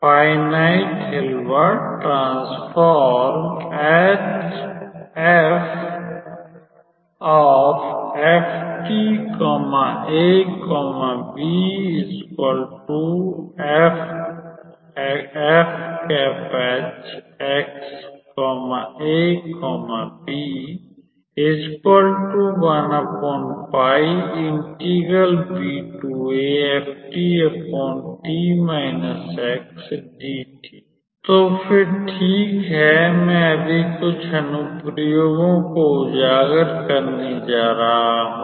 finite Hilbert transform तो फिर ठीक है मैं अभी कुछ अनुप्रयोगों को उजागर करने जा रहा हूं